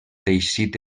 teixit